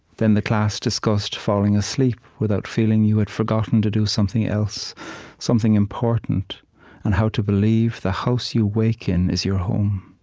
then the class discussed falling asleep without feeling you had forgotten to do something else something important and how to believe the house you wake in is your home.